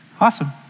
Awesome